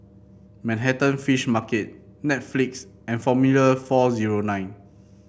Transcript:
Manhattan Fish Market Netflix and Formula four zero nine